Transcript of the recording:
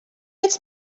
its